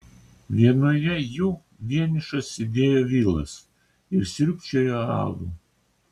vienoje jų vienišas sėdėjo vilas ir sriubčiojo alų